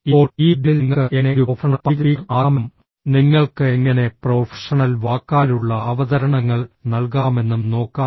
ഇപ്പോൾ ഈ മൊഡ്യൂളിൽ നിങ്ങൾക്ക് എങ്ങനെ ഒരു പ്രൊഫഷണൽ പബ്ലിക് സ്പീക്കർ ആകാമെന്നും നിങ്ങൾക്ക് എങ്ങനെ പ്രൊഫഷണൽ വാക്കാലുള്ള അവതരണങ്ങൾ നൽകാമെന്നും നോക്കാം